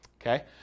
okay